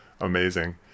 Amazing